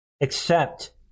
accept